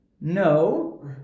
No